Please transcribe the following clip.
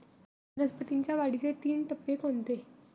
वनस्पतींच्या वाढीचे तीन टप्पे कोणते?